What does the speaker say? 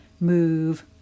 move